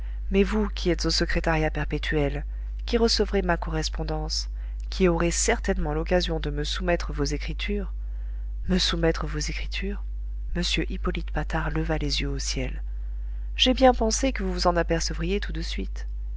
mais vous qui êtes au secrétariat perpétuel qui recevrez ma correspondance qui aurez certainement l'occasion de me soumettre vos écritures me soumettre vos écritures m hippolyte patard leva les yeux au ciel j'ai bien pensé que vous vous en apercevriez tout de suite